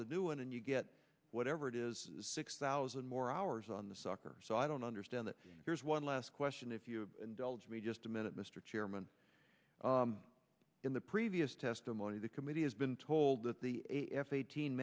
the new one and you get whatever it is six thousand more hours on the sucker so i don't understand that here's one last question if you indulge me just a minute mr chairman in the previous testimony the committee has been told that the a f eighteen